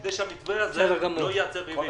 כדי שהמתווה הזה לא יגרום למריבות.